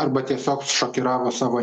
arba tiesiog šokiravo savo